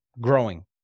growing